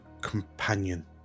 companion